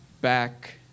back